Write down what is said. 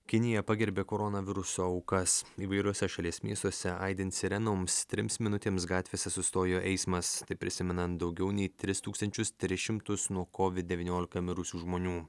kinija pagerbė koronaviruso aukas įvairiuose šalies miestuose aidint sirenoms trims minutėms gatvėse sustojo eismas prisimenant daugiau nei tris tūkstančius tris šimtus nuo covid devyniolika mirusių žmonių